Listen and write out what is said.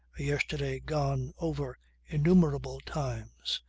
a yesterday gone over innumerable times,